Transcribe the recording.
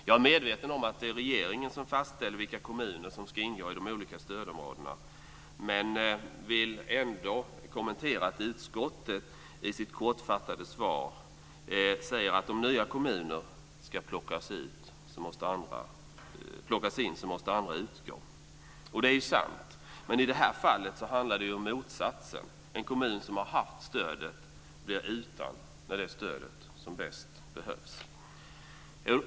Jag är medveten om att det är regeringen som fastställer vilka kommuner som ska ingå i de olika stödområdena, men vill ändå kommentera att utskottet i sitt kortfattade svar säger att om nya kommuner ska plockas in måste andra utgå. Det är ju sant. I det här fallet handlar det ju om motsatsen - en kommun som haft stödet blir utan när stödet som bäst behövs.